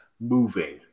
moving